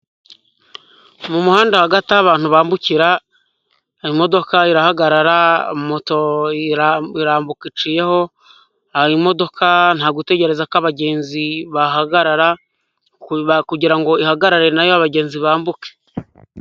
Mu muhanda hagati aho abantu bambukira, imodoka irahagarara, moto irambuka iciyeho, imodoka nta gutegereza ko abagenzi bahagarara, kugira ngo ihagarare nayo, abagenzi bambuke.